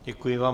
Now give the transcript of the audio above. Děkuji vám.